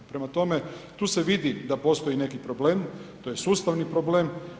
Prema tome, tu se vidi da postoji neki problem, to je sustavni problem.